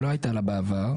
שלא הייתה לה בעבר.